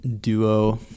duo